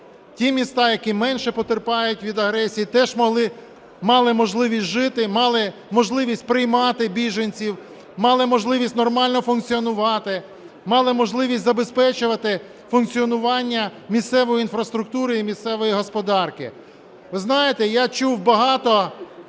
ті міста, які менше потерпають від агресії, теж могли, мали можливість жити, мали можливість приймати біженців, мали можливість нормально функціонувати, мали можливість забезпечувати функціонування місцевої інфраструктури і місцевої господарки.